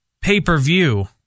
pay-per-view